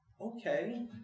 okay